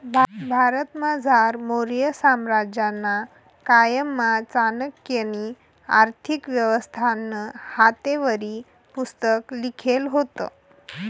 भारतमझार मौर्य साम्राज्यना कायमा चाणक्यनी आर्थिक व्यवस्थानं हातेवरी पुस्तक लिखेल व्हतं